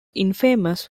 infamous